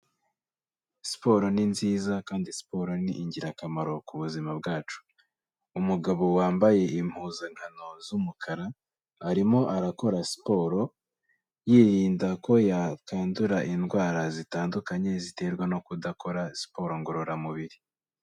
Siporo ni nziza kandi siporo ni ingirakamaro ku buzima bwacu, umugabo wambaye impuzankano z'umukara, arimo arakora siporo yirinda ko yakwandura indwara zitandukanye ziterwa no kudakora siporo ngororamubiri.